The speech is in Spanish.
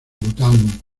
bután